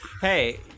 Hey